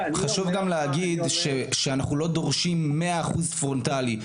חשוב גם להגיד שאנחנו לא דורשים מאה אחוז פרונטלי.